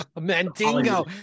Mandingo